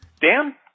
Dan